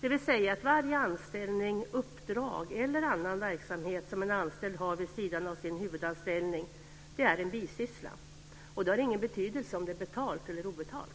dvs. att varje anställning, uppdrag eller annan verksamhet som en anställd har vid sidan av sin huvudanställning är en bisyssla. Det har ingen betydelse om den är betald eller obetald.